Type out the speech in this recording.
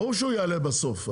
ברור שהוא יעלה בסוף,